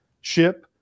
ship